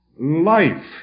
life